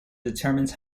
determines